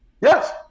Yes